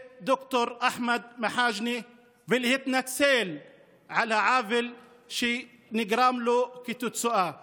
את ד"ר אחמד מחאג'נה ולהתנצל על העוול שנגרם לו כתוצאה מכך.